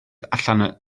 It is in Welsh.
allan